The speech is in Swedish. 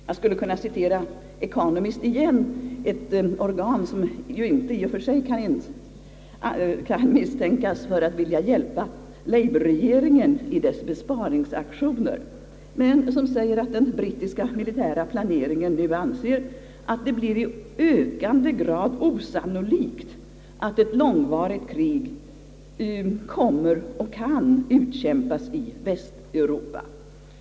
Jag skulle kunna citera Economist igen, ett organ som ju inte kan misstänkas för att vilja hjälpa labourrege ringen i dess besparingsaktioner. Tidningen säger, att den brittiska militära planeringen nu anser att det blir i ökande grad osannolikt att ett långvarigt krig kommer att utkämpas och kan utkämpas i Västeuropa.